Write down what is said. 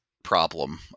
Problem